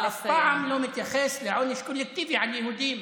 אתה אף פעם לא מתייחס לעונש קולקטיבי על יהודים,